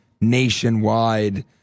nationwide